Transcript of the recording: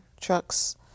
trucks